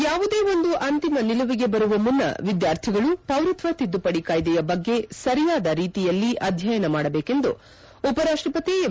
ಯಾವುದೇ ಒಂದು ಅಂತಿಮ ನಿಲುವಿಗೆ ಬರುವ ಮುನ್ನ ವಿದ್ಕಾರ್ಥಿಗಳು ಪೌರತ್ವ ತಿದ್ದುಪಡಿ ಕಾಯ್ದೆಯ ಬಗ್ಗೆ ಸರಿಯಾದ ರೀತಿಯಲ್ಲಿ ಅಧ್ಯಯನ ಮಾಡಬೇಕೆಂದು ಉಪರಾಷ್ಟಪತಿ ಎಂ